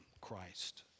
Christ